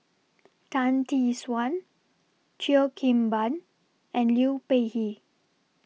Tan Tee Suan Cheo Kim Ban and Liu Peihe